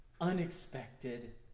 Unexpected